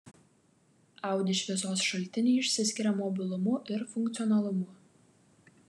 audi šviesos šaltiniai išsiskiria mobilumu ir funkcionalumu